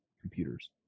computers